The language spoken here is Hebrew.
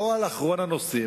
לא על אחרון הנושאים,